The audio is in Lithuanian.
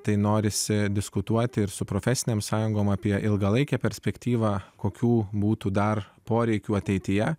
tai norisi diskutuoti ir su profesinėm sąjungom apie ilgalaikę perspektyvą kokių būtų dar poreikių ateityje